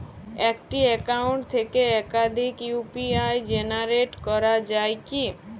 একটি অ্যাকাউন্ট থেকে একাধিক ইউ.পি.আই জেনারেট করা যায় কি?